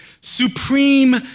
supreme